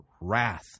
wrath